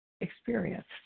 experience